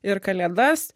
ir kalėdas